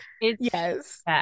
yes